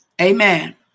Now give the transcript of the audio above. Amen